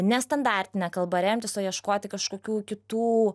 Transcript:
ne standartine kalba remtis o ieškoti kažkokių kitų